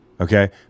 Okay